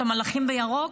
את המלאכים בירוק,